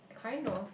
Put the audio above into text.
kind of